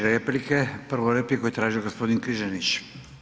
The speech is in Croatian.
4 replike, prvu repliku je tražio g. Križanić.